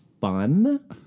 fun